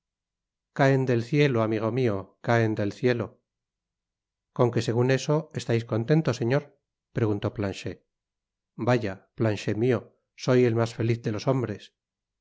caen del cielo amigo mio caen del cielo con que segun eso estais contento señor preguntó planchet vaya planchet mio soy et mas feliz de los hombres